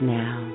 now